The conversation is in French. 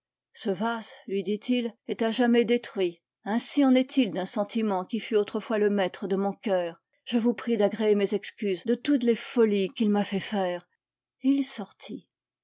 ce vase lui dit-il est à jamais détruit ainsi en est-il d'un sentiment qui fut autrefois le maître de mon coeur je vous prie d'agréer mes excuses de toutes les folies qu'il m'a fait faire et il sortit